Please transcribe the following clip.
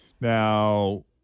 Now